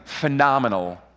phenomenal